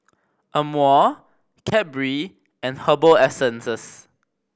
Amore Cadbury and Herbal Essences